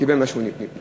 קיבל 180 שקל קנס.